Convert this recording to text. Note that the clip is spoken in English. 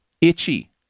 Itchy